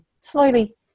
slowly